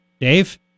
Dave